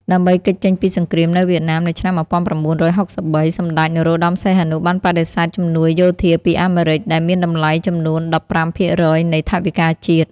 ដើម្បីគេចចេញពីសង្រ្គាមនៅវៀតណាមនៅឆ្នាំ១៩៦៣ សម្តេច នរោមសីហនុបានបដិសេធជំនួយយោធាពី អាមេរិក ដែលមានតម្លៃចំនួន១៥ភាគរយនៃថវិកាជាតិ។